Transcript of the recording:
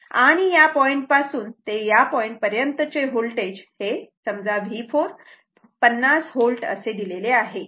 आणि या पॉईंट पासून ते या पॉईंट पर्यंत चे होल्टेज V4 50 V असे दिलेले आहे